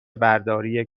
برداری